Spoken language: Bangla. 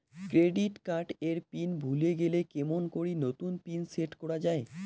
ক্রেডিট কার্ড এর পিন ভুলে গেলে কেমন করি নতুন পিন সেট করা য়ায়?